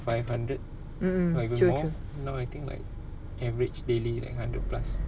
five hundred or even more now I think like average daily like hundred plus